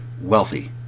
wealthy